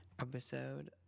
episode